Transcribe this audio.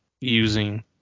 using